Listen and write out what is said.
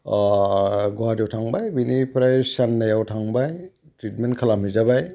गुवाहाटियाव थांबाय बेनिफ्राय चेन्नाइयाव थांबाय ट्रितमेन्ट खालाम हैजाबाय